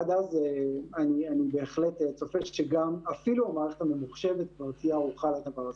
עד אז אני בהחלט צופה שאפילו המערכת הממוחשבת כבר תהיה ערוכה לדבר הזה.